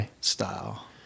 style